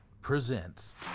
presents